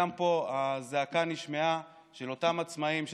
גם פה הזעקה של אותם עצמאים נשמעה,